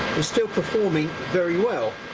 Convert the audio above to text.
is still performing very well